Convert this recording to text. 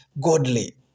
godly